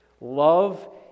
Love